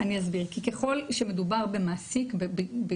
אני אסביר ככל שמדובר באישה,